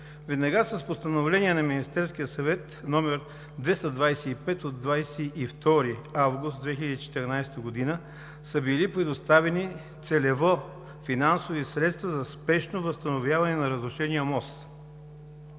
Веднага с Постановление на Министерския съвет № 225 от 22 август 2014 г. са били предоставени целево финансови средства за спешно възстановяване на разрушения мост.